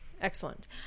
Excellent